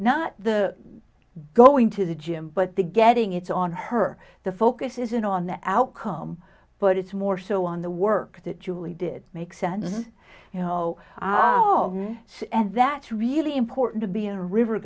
not the going to the gym but the getting it's on her the focus isn't on the outcome but it's more so on the work that julie did make sense you know and that's really important to be in river